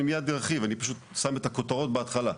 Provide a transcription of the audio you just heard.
אני מיד ארחיב, אני פשוט שם את הכותרות בהתחלה.